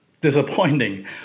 disappointing